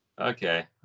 Okay